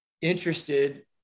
interested